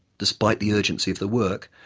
despite the urgency of the work,